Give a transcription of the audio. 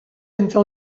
entre